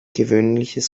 gewöhnliches